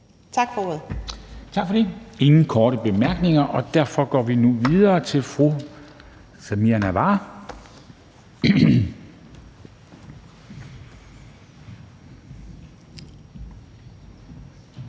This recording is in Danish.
Tak for det. Der er ingen korte bemærkninger, og derfor går vi nu videre til fru Samira Nawa,